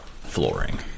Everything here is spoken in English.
flooring